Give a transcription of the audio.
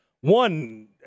One